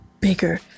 bigger